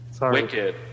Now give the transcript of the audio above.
Wicked